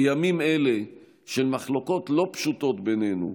בימים אלה של מחלוקות לא פשוטות בינינו,